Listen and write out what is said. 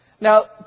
Now